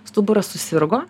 stuburas susirgo